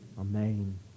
Amen